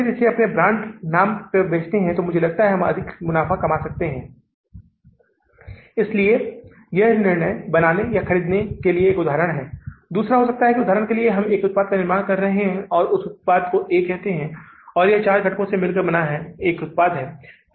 तो इसका अर्थ है कि हम कितनी कुल राशि का भुगतान कर रहे हैं वित्तपोषण के बाद कुल नकदी वृद्धि या कमी तो इसका मतलब है कि हम जो भी राशि का भुगतान कर रहे हैं वह कितनी घट जाती है कम होने का मतलब है बैंक को वापस भुगतान करना वृद्धि का मतलब है बैंक से उधार लेना